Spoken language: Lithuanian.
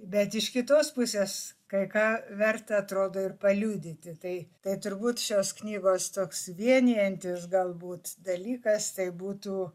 bet iš kitos pusės kai ką verta atrodo ir paliudyti tai tai turbūt šios knygos toks vienijantis galbūt dalykas tai būtų